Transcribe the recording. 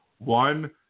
One